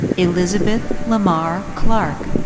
elizabeth lamar clark,